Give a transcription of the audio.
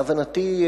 להבנתי,